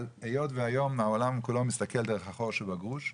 אבל היות שהיום העולם כולו מסתכל דרך החור שבגרוש,